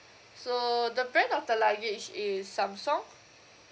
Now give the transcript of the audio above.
so the brand of the luggage is samsung